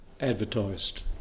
advertised